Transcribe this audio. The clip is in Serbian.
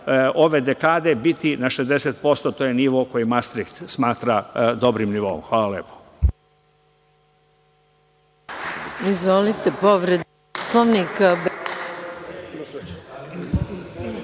ove dekade biti na 60%, to je nivo koji „mastriht“ smatra dobrim nivoom. Hvala. Lepo.